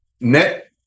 net